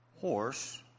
horse